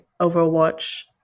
Overwatch